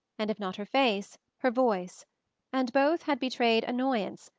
and if not her face, her voice and both had betrayed annoyance,